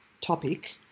topic